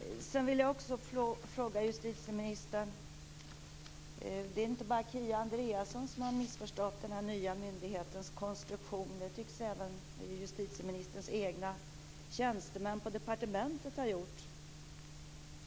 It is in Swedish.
Jag vill ställa en fråga till justitieministern. Det är inte bara Kia Andreasson som har missförstått den nya myndighetens konstruktion. Det tycks även justitieministerns egna tjänstemän på departementet ha gjort.